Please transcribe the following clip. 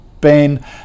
Ben